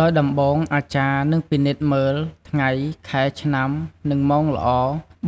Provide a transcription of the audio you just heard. ដោយដំបូងអាចារ្យនឹងពិនិត្យមើល ថ្ងៃ ខែ ឆ្នាំ និងម៉ោងល្អ